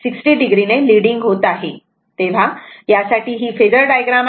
तर यासाठी ही फेजर डायग्राम आहे